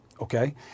okay